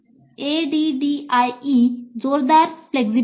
ADDIE जोरदार flexible आहे